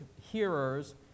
hearers